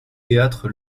théâtre